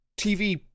TV